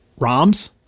ROMs